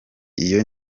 iyo